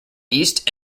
east